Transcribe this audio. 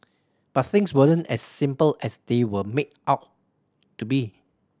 but things weren't as simple as they were made out to be